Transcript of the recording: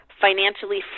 financially